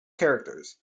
characters